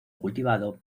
cultivado